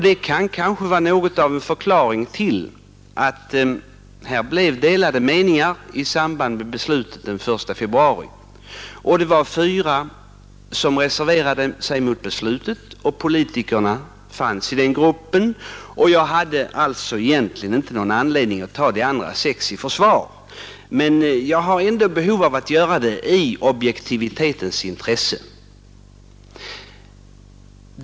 Det kan kanske vara något av en förklaring till att det blev delade meningar i giftnämnden i samband med beslutet den 1 februari. Fyra ledamöter reserverade sig mot beslutet, och i den gruppen fanns politikerna. Jag har alltså inte någon anledning att ta de övriga sex i försvar, men jag har ändå i objektivitetens intresse ett behov att göra det.